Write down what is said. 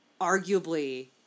arguably